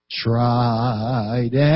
tried